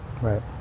right